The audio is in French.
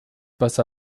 passe